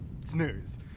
Snooze